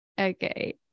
Okay